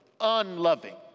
unloving